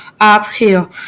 uphill